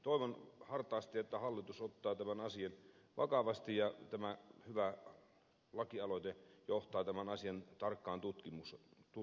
toivon hartaasti että hallitus ottaa tämän asian vakavasti ja tämä hyvä lakialoite johtaa tämän asian tarkkaan tutkimiseen